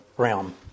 realm